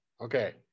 okay